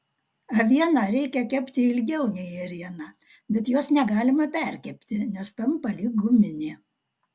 avieną reikia kepti ilgiau nei ėrieną bet jos negalima perkepti nes tampa lyg guminė